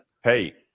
Hey